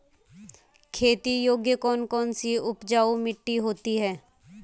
खेती योग्य कौन कौन सी उपजाऊ मिट्टी होती है?